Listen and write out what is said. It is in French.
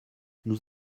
nous